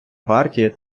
партії